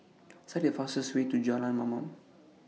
Select The fastest Way to Jalan Mamam